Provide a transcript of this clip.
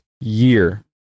year